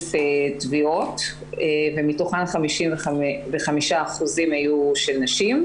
כ-911,000 תביעות ומתוכן 55% היו של נשים.